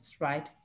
Right